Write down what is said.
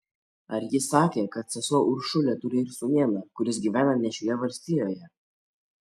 ar ji sakė kad sesuo uršulė turi ir sūnėną kuris gyvena ne šioje valstijoje